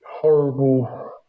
horrible